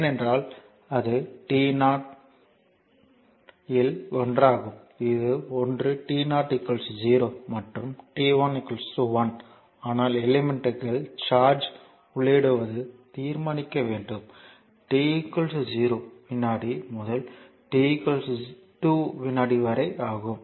ஏனென்றால் அது t 0 இல் ஒன்றாகும் இது ஒன்று t 0 0 மற்றும் t1 1 ஆனால் எலிமெண்ட்க்குள் சார்ஜ் உள்ளிடுவதை தீர்மானிக்க வேண்டும் t 0 வினாடி முதல் t 2 வினாடி வரை ஆகும்